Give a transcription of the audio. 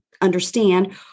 understand